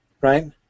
right